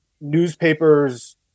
newspapers